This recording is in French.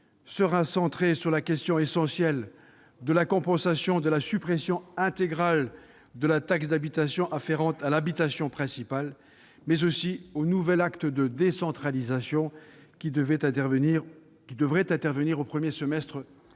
sera centré sur la question primordiale de la compensation de la suppression intégrale de la taxe d'habitation afférente à l'habitation principale, mais aussi au nouvel acte de la décentralisation qui devrait intervenir au premier semestre de